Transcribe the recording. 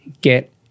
get